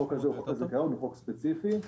הזיכיון, חוק ספציפי,